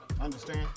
understand